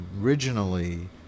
originally